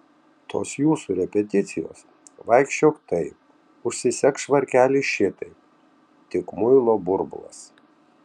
tos jūsų repeticijos vaikščiok taip užsisek švarkelį šitaip tik muilo burbulas